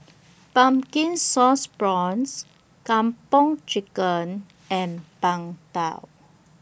Pumpkin Sauce Prawns Kung Po Chicken and Png Tao